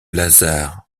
lazar